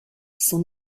son